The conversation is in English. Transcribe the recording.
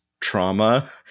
trauma